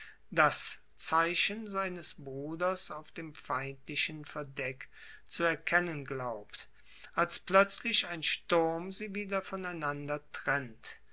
das zeichen seines bruders auf dem feindlichen verdeck zu erkennen glaubt als plötzlich ein sturm sie wieder voneinander trennt